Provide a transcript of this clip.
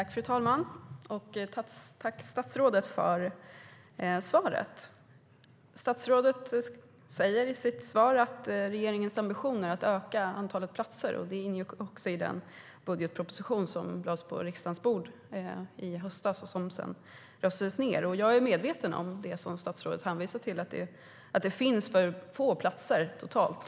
Fru talman! Tack, statsrådet, för svaret! Statsrådet sa i sitt svar att regeringens ambition är att öka antalet platser, och det ingick också i den budgetproposition som lades på riksdagens bord i höstas och sedan röstades ned. Jag är medveten om det som statsrådet hänvisar till, nämligen att det finns för få platser totalt.